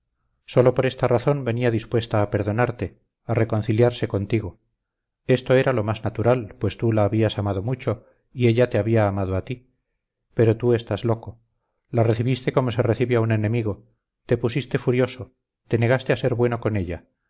sólo por esta razón venía dispuesta a perdonarte a reconciliarse contigo esto era lo más natural pues tú la habías amado mucho y ella te había amado a ti pero tú estás loco la recibiste como se recibe a un enemigo te pusiste furioso te negaste a ser bueno con ella